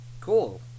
cool